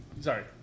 sorry